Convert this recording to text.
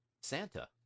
Santa